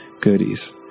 goodies